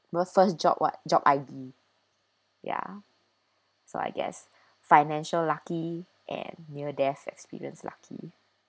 my first job was job I_D ya so I guess financial lucky and near death experience lucky